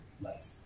life